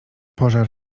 pożar